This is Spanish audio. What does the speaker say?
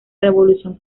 revolución